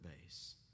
base